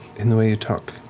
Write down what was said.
in the way you talk.